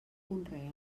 conreada